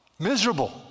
Miserable